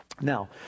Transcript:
Now